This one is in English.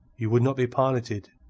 you would not be piloted.